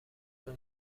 اون